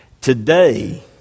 Today